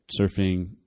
surfing –